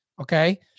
Okay